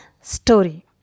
story